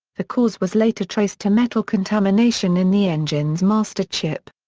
the cause was later traced to metal contamination in the engine's master chip.